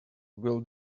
will